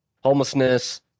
homelessness